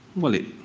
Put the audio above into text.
well it